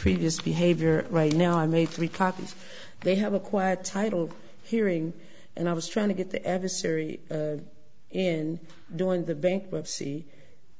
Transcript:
previous behavior right now i made three copies they have acquired title hearing and i was trying to get the adversary in doing the bankruptcy